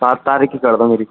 सात तारीख की कर दो मेरी